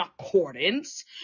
accordance